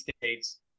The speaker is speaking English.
states